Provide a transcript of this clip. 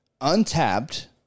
untapped